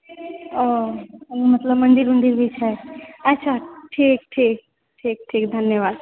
ओ मतलब मंदिर उंदिर भी छै अच्छा ठीक ठीक ठीक ठीक धन्यवाद